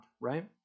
right